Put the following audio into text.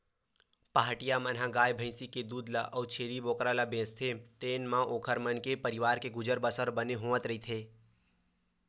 पहाटिया मन ह गाय भइसी के दूद ल अउ छेरी बोकरा ल बेचथे तेने म ओखर मन के परवार के गुजर बसर ह बने होवत रहिथे